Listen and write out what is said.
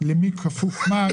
למי כפוף מה.